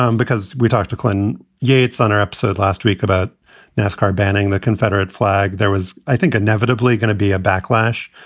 um because we talked to clinton yates on her episode last week about nascar banning the confederate flag. there was, i think, inevitably gonna be a backlash.